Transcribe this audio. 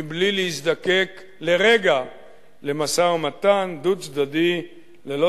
מבלי להזדקק לרגע למשא-ומתן דו-צדדי ללא